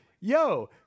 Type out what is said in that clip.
yo